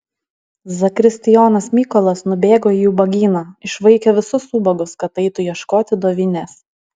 zakristijonas mykolas nubėgo į ubagyną išvaikė visus ubagus kad eitų ieškoti dovinės